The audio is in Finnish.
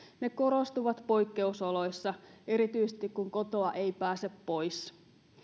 ne korostuvat poikkeusoloissa erityisesti kun kotoa ei pääse pois